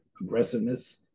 aggressiveness